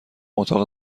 اتاق